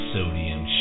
Sodium